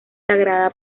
sagrada